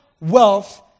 wealth